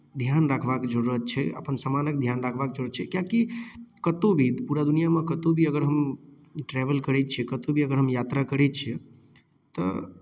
ध्यान रखबाक जरूरत छै अपन सामानक ध्यान रखबाक जरूरत छै किआकि कतहु भी पूरा दुनिआँमे कतहु भी अगर हम ट्रेवल करै छियै कतहु भी अगर हम यात्रा करै छियै तऽ